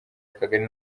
akagari